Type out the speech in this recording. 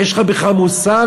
יש לך בכלל מושג?